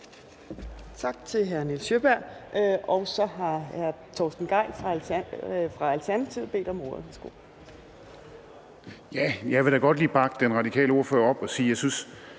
Tak til hr. Nils Sjøberg. Så har hr. Torsten Gejl fra Alternativet bedt om ordet.